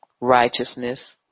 righteousness